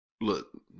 Look